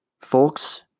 folks